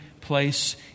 place